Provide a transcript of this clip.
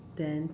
then